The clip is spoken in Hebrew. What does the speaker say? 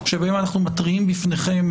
לא הגיוני בזה שיש מסלול של בדיקה מינהלית,